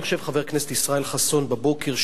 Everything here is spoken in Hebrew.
אני חושב חבר הכנסת ישראל חסון בבוקר,